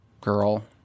girl